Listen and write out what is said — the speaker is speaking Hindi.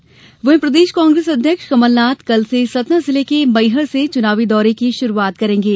कमलनाथ प्रदेश कांग्रेस अध्यक्ष कमलनाथ कल से सतना जिले के मैहर से चुनावी दौरे की शुरूआत करेंगे